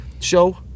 show